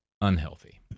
unhealthy